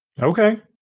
Okay